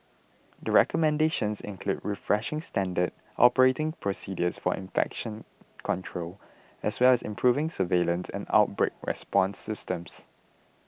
the recommendations include refreshing standard operating procedures for infection control as well as improving surveillance and outbreak response systems